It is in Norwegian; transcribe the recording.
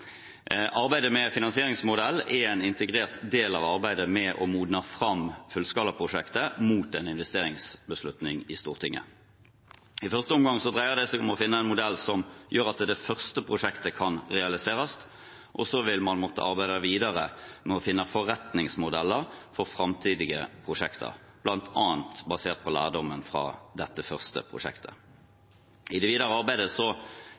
Arbeidet med finansieringsmodell er en integrert del av arbeidet med å modne fram fullskalaprosjektet mot en investeringsbeslutning i Stortinget. I første omgang dreier det seg om å finne en modell som gjør at det første prosjektet kan realiseres. Så vil man måtte arbeide videre med å finne forretningsmodeller for framtidige prosjekter, bl.a. basert på lærdommen fra dette første prosjektet. I det videre arbeidet